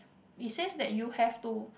it says that you have to